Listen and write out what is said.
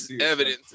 Evidence